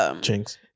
Jinx